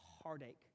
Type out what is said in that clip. heartache